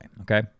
Okay